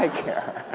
care?